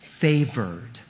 Favored